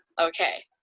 Okay